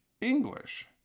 English